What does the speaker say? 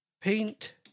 paint